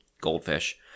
goldfish